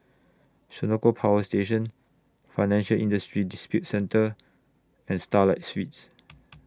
Senoko Power Station Financial Industry Disputes Center and Starlight Suites